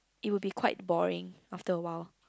it would be quite boring after awhile